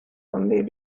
only